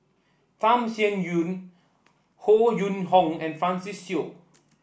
Tham Sien Yen Howe Yoon Chong and Francis Seow